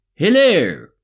Hello